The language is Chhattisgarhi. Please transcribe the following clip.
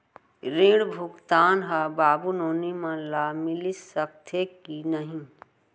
ऋण भुगतान ह बाबू नोनी मन ला मिलिस सकथे की नहीं?